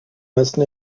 مثل